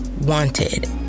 wanted